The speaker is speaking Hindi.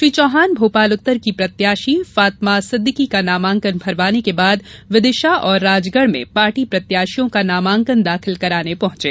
श्री चौहान भोपाल उत्तर की प्रत्याशी फातमा सिद्दीकी का नामांकन भरवाने के बाद विदिशा और राजगढ़ में पार्टी प्रत्याशियों का नामांकन दाखिल कराने पहुंचे